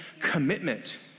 commitment